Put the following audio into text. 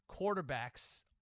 quarterbacks